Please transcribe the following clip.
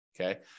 Okay